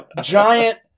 giant